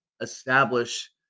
establish